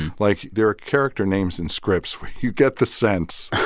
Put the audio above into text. and like, there are character names in scripts where you get the sense